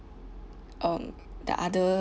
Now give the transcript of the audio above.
um the other